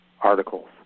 articles